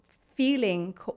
feeling